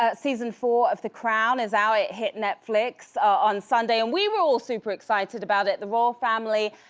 ah season four of the crown is out, it hit netflix on sunday and we were all super excited about it, the royal family,